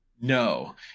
No